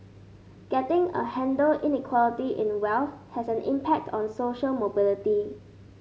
getting a handle Inequality in wealth has an impact on social mobility